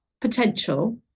potential